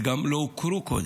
והם גם לא הוכרו קודם,